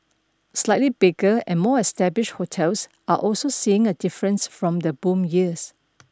slightly bigger and more established hotels are also seeing a difference from the boom years